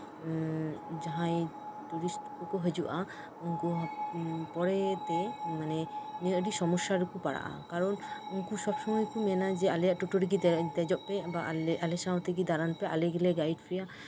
ᱡᱟᱦᱟᱸᱭ ᱴᱩᱨᱤᱥᱴ ᱠᱚᱠᱚ ᱦᱤᱡᱩᱜᱼᱟ ᱟᱫᱚ ᱯᱚᱨᱮ ᱛᱮ ᱢᱟᱱᱮ ᱟᱹᱰᱤ ᱥᱚᱢᱚᱥᱥᱟ ᱨᱮᱠᱚ ᱯᱟᱲᱟᱜᱼᱟ ᱠᱟᱨᱚᱱ ᱩᱱᱠᱩ ᱥᱚᱵ ᱥᱚᱢᱚᱭ ᱠᱚ ᱢᱮᱱᱟ ᱡᱮ ᱟᱞᱮᱭᱟᱜ ᱴᱳᱴᱳ ᱨᱮᱜᱮ ᱫᱮᱡᱚᱜ ᱯᱮ ᱟᱞᱮ ᱥᱟᱶᱛᱮᱜᱮ ᱫᱟᱬᱟᱱ ᱯᱮ ᱟᱞᱮ ᱜᱮᱞᱮ ᱜᱟᱭᱤᱰ ᱯᱮᱭᱟ